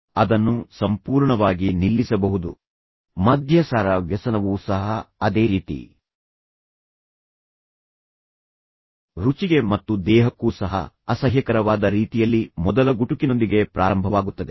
ಆದ್ದರಿಂದ ನೀವು ಅದನ್ನು ಸಣ್ಣ ತುಂಡುಗಳಲ್ಲಿ ಪ್ರಾರಂಭಿಸಿದ ರೀತಿಯಲ್ಲಿಯೇ ನಿಲ್ಲಿಸಬಹುದು ಮತ್ತು ಮದ್ಯಸಾರ ವ್ಯಸನವು ಸಹ ಅದೇ ರೀತಿ ರುಚಿಗೆ ಮತ್ತು ದೇಹಕ್ಕೂ ಸಹ ಅಸಹ್ಯಕರವಾದ ರೀತಿಯಲ್ಲಿ ಮೊದಲ ಗುಟುಕಿನೊಂದಿಗೆ ಪ್ರಾರಂಭವಾಗುತ್ತದೆ